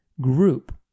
group